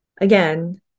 again